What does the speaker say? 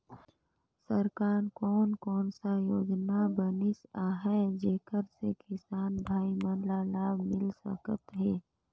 सरकार कोन कोन सा योजना बनिस आहाय जेकर से किसान भाई मन ला लाभ मिल सकथ हे?